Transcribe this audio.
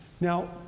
Now